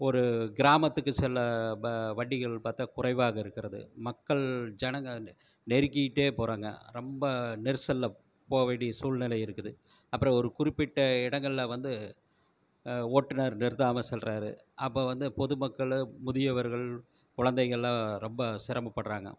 ஒரு கிராமத்துக்கு செல்ல இப்போ வண்டிகள் பார்த்தா குறைவாக இருக்கிறது மக்கள் ஜனங்கள் வந்து நெருக்கிக்கிட்டே போகிறாங்க ரொம்ப நெரிசலில் போகவேண்டிய சூழ்நிலை இருக்குது அப்புறம் ஒரு குறிப்பிட்ட இடங்களில் வந்து ஓட்டுநர் நிறுத்தாமல் செல்கிறாரு அப்போ வந்து பொதுமக்களும் முதியவர்கள் குழந்தைகள்லாம் ரொம்ப சிரமப்படுகிறாங்க